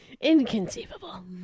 Inconceivable